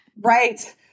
Right